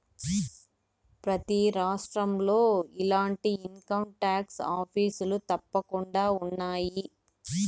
ప్రతి రాష్ట్రంలో ఇలాంటి ఇన్కంటాక్స్ ఆఫీసులు తప్పకుండా ఉన్నాయి